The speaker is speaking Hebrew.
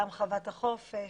גם חוות החופש